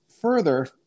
Further